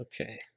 okay